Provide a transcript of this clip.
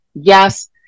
Yes